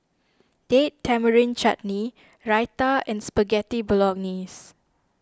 Date Tamarind Chutney Raita and Spaghetti Bolognese